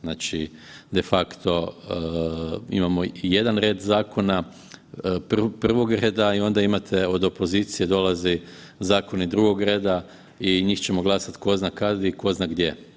Znači, defakto imamo jedan red zakona prvog reda i onda imate od opozicije dolaze zakoni drugog reda i njih ćemo glasat ko zna kad i ko zna gdje.